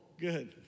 good